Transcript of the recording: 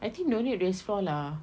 I think no need raised floor lah